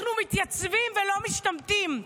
אנחנו מתייצבים ולא משתמטים,